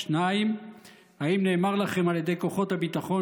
2. האם נאמר לכם על ידי כוחות הביטחון